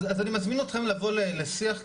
אז אני מזמין אתכם לבוא לשיח כזה,